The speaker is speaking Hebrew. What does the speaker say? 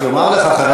חבר